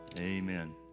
amen